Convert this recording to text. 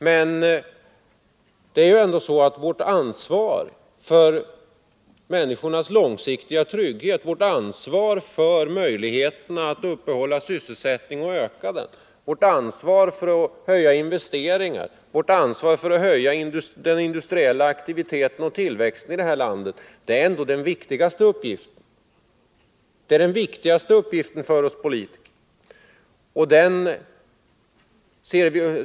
Men det viktigaste är ändå vårt ansvar för människornas långsiktiga trygghet, vårt ansvar för möjligheterna att upprätthålla sysselsättningen och öka den, vårt ansvar för att höja investeringarna, vårt ansvar för att höja den industriella aktiviteten och tillväxten i landet. Att ta detta ansvar är den viktigaste uppgiften för oss politiker.